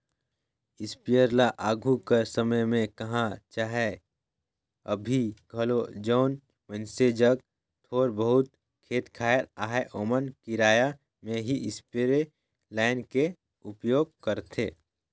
sprayer ल आघु कर समे में कह चहे अभीं घलो जउन मइनसे जग थोर बहुत खेत खाएर अहे ओमन किराया में ही इस्परे लाएन के उपयोग करथे